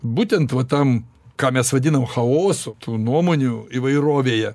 būtent tam ką mes vadinam chaosu tų nuomonių įvairovėje